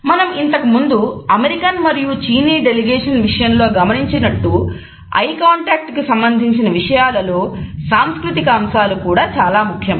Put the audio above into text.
మనము ఇంతకుముందు అమెరికన్ కు సంబంధించిన విషయాలలో సంస్కృతిక అంశాలు కూడా చాలా ముఖ్యం